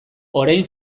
orain